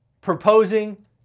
proposing